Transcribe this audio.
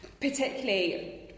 particularly